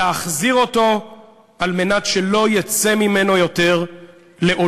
להחזיר אותו על מנת שלא יצא ממנו יותר לעולם.